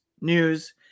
news